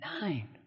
Nine